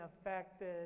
affected